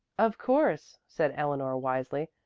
of course, said eleanor wisely.